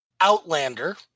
Outlander